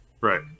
Right